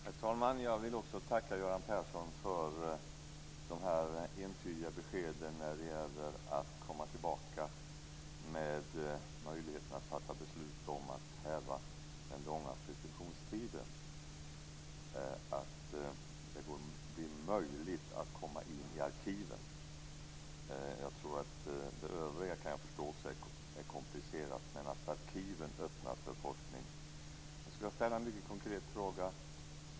Herr talman! Jag vill också tacka Göran Persson för de entydiga beskeden när det gäller att man ska komma tillbaka till möjligheten att fatta beslut om att häva den långa preskriptionstiden så att det blir möjligt att komma in i arkiven. Det övriga kan jag förstå är komplicerat, men det är viktigt att arkiven öppnas för forskning. Jag skulle vilja ställa en mycket konkret fråga.